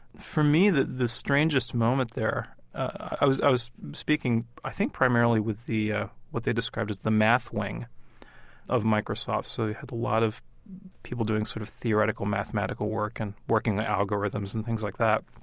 for me, the the strangest moment there, i was i was speaking i think primarily with the, ah what they described as the math wing of microsoft. so they had a lot of people doing sort of theoretical mathematical work and working the algorithms and things like that.